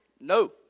No